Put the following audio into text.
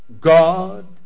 God